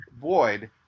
Void